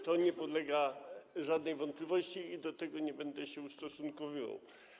To nie podlega żadnej wątpliwości i do tego nie będę się ustosunkowywał.